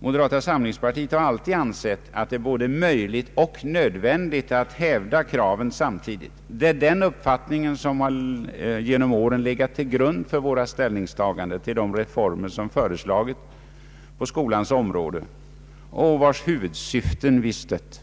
Moderata samlingspartiet har alltid ansett att det är både möjligt och nödvändigt att hävda kraven samtidigt. Det är den uppfattningen som genom åren har legat till grund för våra ställningstaganden till de reformer som föreslagits på skolans område och vars huvudsyften vi stött.